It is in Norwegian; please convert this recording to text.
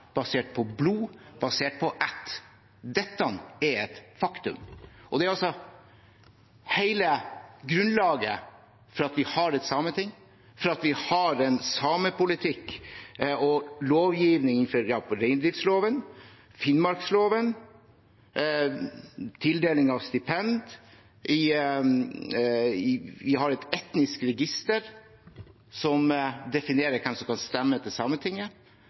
basert på blod, basert på ætt. Dette er et faktum. Det er også hele grunnlaget for at vi har et sameting, for at vi har en samepolitikk: Vi har reindriftsloven, vi har Finnmarksloven, vi har tildeling av stipend. Vi har et etnisk register som definerer hvem som kan stemme ved sametingsvalg. Alt dette har til